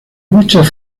muchas